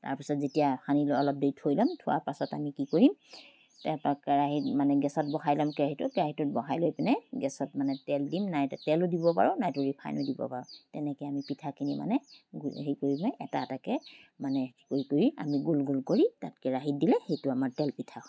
তাৰপিছত যেতিয়া সানি অলপ দেৰি থৈ যাওঁ থোৱাৰ পাছত আমি কি কৰিম তাপা কেৰাহীত মানে গেছত বহাই ল'ম কেৰাহীটোত কেৰাহীটোত বহায় লৈ পিনে গেছত মানে তেল দি নাই তেলো দিব পাৰোঁ ৰিফাইনো দিব পাৰোঁ তেনেকৈ আমি পিঠাখিনি মানে হেৰি কৰি পিনে এটা এটাকৈ মানে কৰি কৰি আমি গোল গোল কৰি তাত কেৰাহীত দিলে সেইটো আমাৰ তেলপিঠা হয়